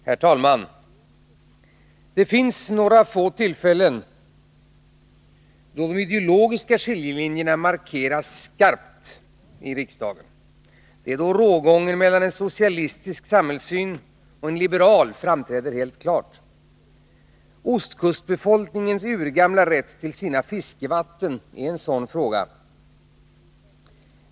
Herr talman! Det finns några få tillfällen då de ideologiska skiljelinjerna markeras skarpt i riksdagen. Det är då rågången mellan en socialistisk samhällssyn och en liberal framträder helt klart. Ostkustbefolkningens urgamla rätt till sina fiskevatten är en sådan fråga.